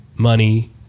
Money